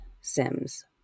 Sims